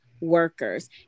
workers